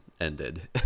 ended